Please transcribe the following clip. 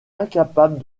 incapable